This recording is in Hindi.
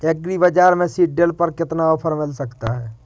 एग्री बाजार से सीडड्रिल पर कितना ऑफर मिल सकता है?